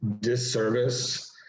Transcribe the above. disservice